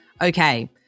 Okay